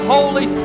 Holy